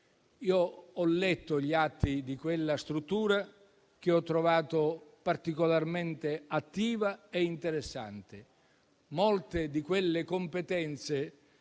Ho letto gli atti di quella struttura, che ho trovato particolarmente attiva e interessante; molte di quelle competenze,